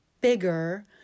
bigger